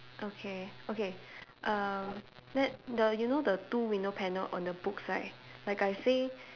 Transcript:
okay okay uh that the you know the two window panel on the book side like I say